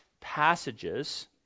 passages